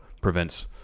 prevents